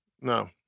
No